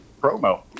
promo